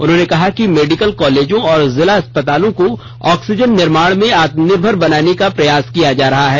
उन्होंने कहा कि मेडिकल कॉलेजों और जिला अस्पतालों को ऑक्सीजन निर्माण में आत्मनिर्भर बनाने का प्रयास किया जा रहा है